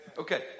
Okay